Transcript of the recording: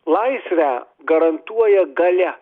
laisvę garantuoja galia